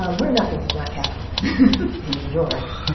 um we're nothing if not capitalist in new york.